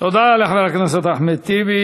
תודה לחבר הכנסת אחמד טיבי.